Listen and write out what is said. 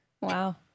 wow